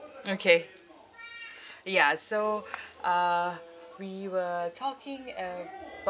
okay ya so uh we were talking about